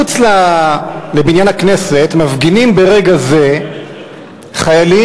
מחוץ לבניין הכנסת מפגינים ברגע זה חיילים,